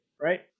right